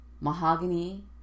Mahogany